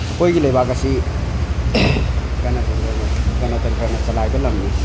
ꯑꯩꯈꯣꯏꯒꯤ ꯂꯩꯕꯥꯛ ꯑꯁꯤ ꯒꯅꯇꯟꯇ꯭ꯔꯅ ꯒꯅꯇꯟꯇ꯭ꯔꯅ ꯆꯂꯥꯏꯕ ꯂꯝꯅꯤ